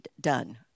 done